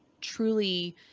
truly